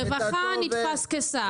רווחה נתפס כסעד.